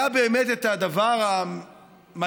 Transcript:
היה באמת את הדבר המדהים,